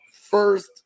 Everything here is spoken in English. First